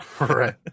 Right